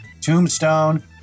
Tombstone